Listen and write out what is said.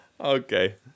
Okay